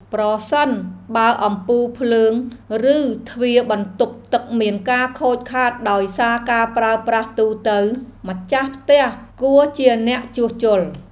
ប្រសិនបើអំពូលភ្លើង ឬទ្វារបន្ទប់ទឹកមានការខូចខាតដោយសារការប្រើប្រាស់ទូទៅ ម្ចាស់ផ្ទះគួរជាអ្នកជួសជុល។